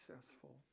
successful